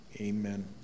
amen